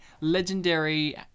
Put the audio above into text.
legendary